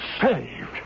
saved